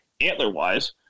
antler-wise